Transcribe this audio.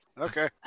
Okay